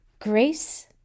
Grace